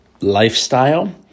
lifestyle